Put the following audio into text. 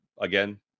again